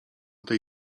tej